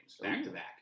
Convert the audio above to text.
back-to-back